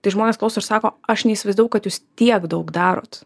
tai žmonės klauso ir sako aš neįsivaizdavau kad jūs tiek daug darot